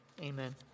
Amen